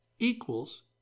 equals